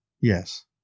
Yes